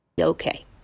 Okay